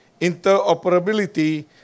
interoperability